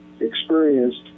experienced